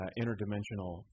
interdimensional